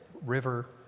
river